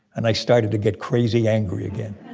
and i started to get crazy angry again.